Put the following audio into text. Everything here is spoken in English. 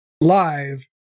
live